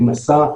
'מסע'.